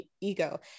ego